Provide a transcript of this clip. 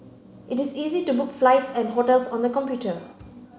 it is easy to book flights and hotels on the computer